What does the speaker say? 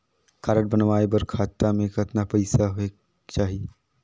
Card बनवाय बर खाता मे कतना पईसा होएक चाही?